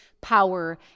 power